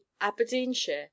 aberdeenshire